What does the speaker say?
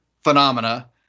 phenomena